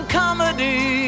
comedy